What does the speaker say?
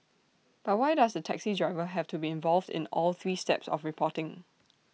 but why does the taxi driver have to be involved in all three steps of reporting